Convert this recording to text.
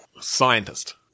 Scientist